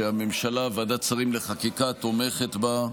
והממשלה, ועדת שרים לחקיקה, תומכת בה.